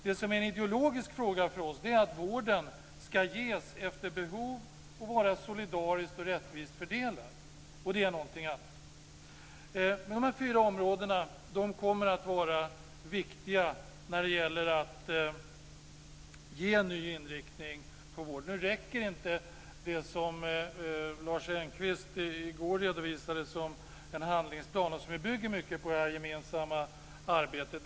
Det som är en ideologisk fråga för oss är att vården ska ges efter behov och vara solidariskt och rättvist fördelad, och det är någonting annat. De här fyra områdena kommer att vara viktiga när det gäller att ge ny inriktning på vården. Det räcker inte med det som Lars Engqvist i går redovisade som en handlingsplan, och som bygger mycket på det gemensamma arbetet.